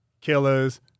killers